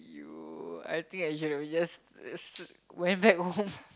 you I think actually we just went back home